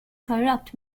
corrupt